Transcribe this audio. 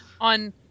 on